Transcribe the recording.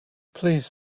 please